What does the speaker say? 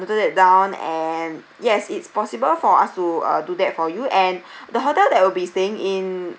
I've noted it down and yes it's possible for us to uh do that for you and the hotel that will be staying in